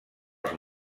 els